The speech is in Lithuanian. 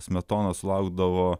smetonos laukdavo